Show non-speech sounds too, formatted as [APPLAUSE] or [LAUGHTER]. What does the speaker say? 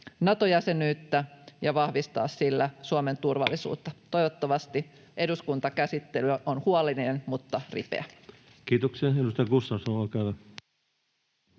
Nato-jäsenyyttä ja vahvistaa sillä Suomen turvallisuutta. [NOISE] Toivottavasti eduskuntakäsittely on huolellinen mutta ripeä. Kiitoksia. — Edustaja Gustafsson, olkaa hyvä.